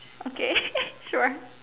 okay sure